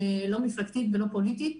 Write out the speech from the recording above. לא מפלגתית ולא פוליטית,